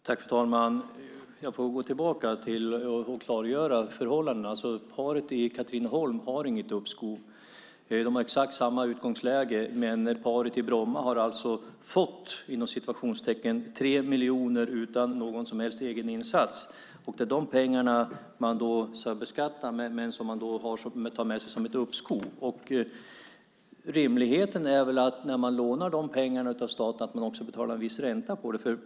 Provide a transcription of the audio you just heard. Fru talman! Jag får gå tillbaka och klargöra förhållandena. Paret i Katrineholm har inget uppskov. De två paren har exakt samma utgångsläge, men paret i Bromma har alltså "fått" 3 miljoner utan någon som helst egen insats, och det är dessa pengar som beskattas och tas med som ett uppskov. Rimligheten är väl att man när man lånar dessa pengar av staten också ska betala en viss ränta på dem.